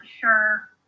sure